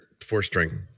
four-string